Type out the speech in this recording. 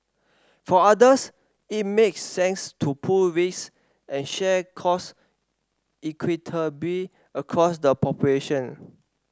for others it makes sense to pool risk and share costs equitably across the population